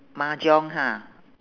mahjong ha